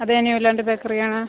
അതേ new land ബേക്കറിയാണ്